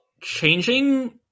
changing